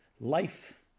life